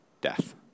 death